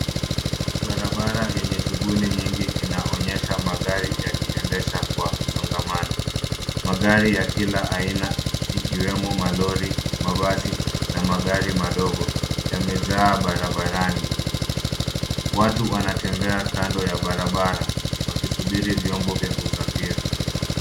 Barabara yenye shungli nyingi inaonyesha magari yakiendesha Kwa msongomano. Magari ya kila aina ikiwemo malori, mabasi na magari madogo yamejaa barabarani. Watu wanatembea kando ya barabara wakisuburi vyombo vya usafiri.